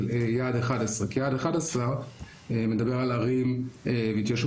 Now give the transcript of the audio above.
של יעד 11. כי יעד 11 מדבר על ערים והתיישבויות,